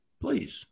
Please